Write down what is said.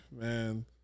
man